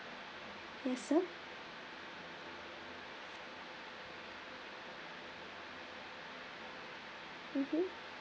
yes sir mmhmm